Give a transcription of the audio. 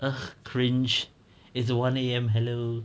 ugh cringe it's one A_M hello